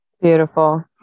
beautiful